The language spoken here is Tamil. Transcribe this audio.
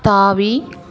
தாவி